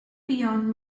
beyond